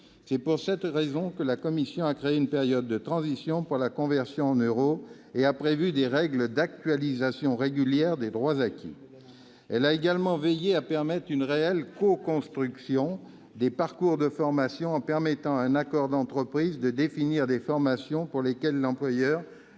C'est pour ces raisons que la commission a créé une période de transition pour la conversion en euros et a prévu des règles d'actualisation régulière des droits acquis. Elle a également veillé à permettre une réelle coconstruction des parcours de formation en permettant à un accord d'entreprise de définir les formations pour lesquelles l'employeur